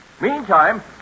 Meantime